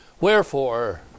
Wherefore